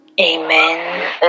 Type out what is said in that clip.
Amen